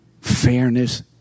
Fairness